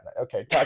okay